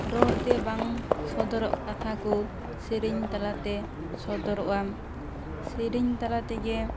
ᱨᱚᱲ ᱛᱮ ᱵᱟᱝ ᱥᱚᱫᱚᱨᱚᱜ ᱠᱟᱛᱷᱟ ᱠᱚ ᱥᱮᱨᱮᱧ ᱛᱟᱞᱟᱛᱮ ᱥᱚᱫᱚᱨᱚᱜᱼᱟ ᱥᱮᱨᱮᱧ ᱛᱟᱞᱟ ᱛᱮᱜᱮ